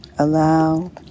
Allow